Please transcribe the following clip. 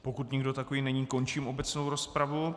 Pokud nikdo takový není, končím obecnou rozpravu.